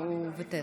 שלמה, לא, הוא ויתר.